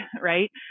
right